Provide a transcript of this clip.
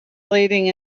leading